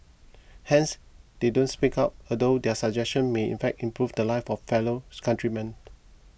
hence they don't speak up although their suggestions may in fact improve the lives of fellows countrymen